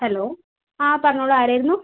hello ആ പറഞ്ഞോളൂ ആരായിരുന്നു